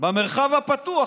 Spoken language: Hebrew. במרחב הפתוח,